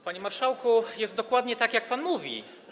Panie marszałku, jest dokładnie tak, jak pan mówi.